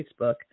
Facebook